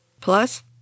Plus